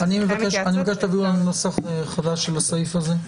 אנחנו נקיים התייעצות --- אני מבקש שתביאו לנו נוסח חדש של הסעיף הזה.